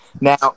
Now